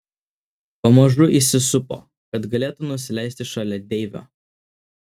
pamažu įsisupo kad galėtų nusileisti šalia deivio